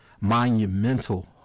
Monumental